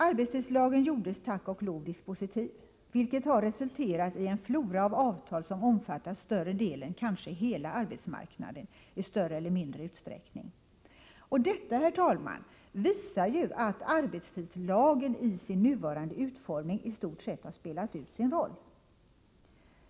Arbetstidslagen gjordes tack och lov dispositiv, vilket har resulterat i en flora av avtal som omfattar större delen, kanske hela, arbetsmarknaden i större eller mindre utsträckning. Detta, herr talman, visar att arbetstidslagen i sin nuvarande utformning i stort sett har spelat ut sin roll.